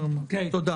תודה.